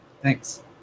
Thanks